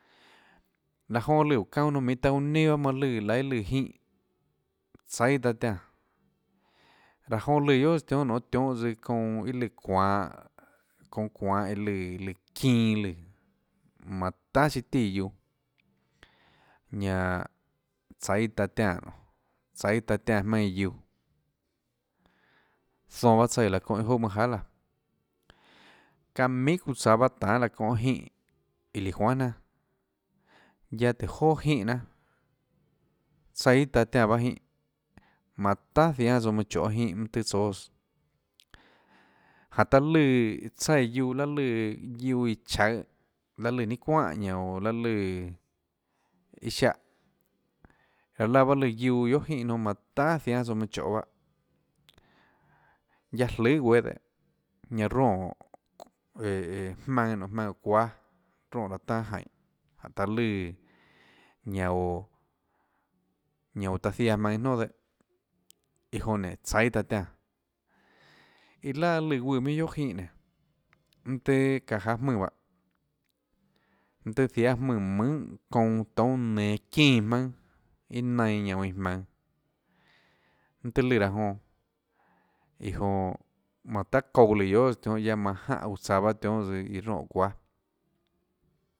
Laã jonã lùã óå çaunâ nonã minhå taã uå nenã bahâ manã lùã laê iâ lùã jínhã tsaíâ taã tiánã laã guiohàs tionhâ nonê tionhâ tsøã çounã iâ lùã çuanhå çounã çuanhã iâ lùã çinã lùã manã tahà siâ tíã guiuã ñanã tsaíã taã tiánã nonê tsaíã taã tiánãjmaønâ iã guiuã zonãtsaíã lahã çónhã iâ jouà manâ jahà laã çaã minhà guã tsaå tanê laå çóhã jínhã iã líã juanhà jnanà guiaâ tùhå joà jínhã jnanâ tsaíâ taã tiánã bahâ jínhã manã tahà jiánâ tsouã manã choê jínhã mønâ tohê tsóâs jáhå taã lùã tsaíã guiuã laê lùã guiuã iã tsaøhå laê lùã ninâ çuánhà ñanã oå laê lùã iâ ziáhã laã laã baâ lùã guiuã guiohà jínhã nonã manã tahà ziánâ tsouã manã choê bahâ guiaâ jløhà guéâ dehâ ñanã ronè ee jmaønã nonê jmaønã çuáâ ronè laâ tanâ jaínhå jáhåtaã lùã ñanã oå ñanã oå taã ziaã jmaønã iâ nonà dehâ iã jonã nénå tsaíâ taã tiánã iâ laà lùã guùnã minhà guiohà jínhã nénå mønâ tøê çaã jáâ mùnã bahâ mønâ tøê jiáâ mùnã mønhà çounã toúnâ nenå çínã jmaønâ iâ nainã oå iâ jmaønå mønâ tøhê lùã raã jonã iã jonã manã tahà çouã lùã guiohàs tionhâ guiaâ manã jánhã guã tsaå bahâ tionhâs iâ ronè çuáâ.